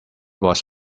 was